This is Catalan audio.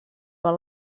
però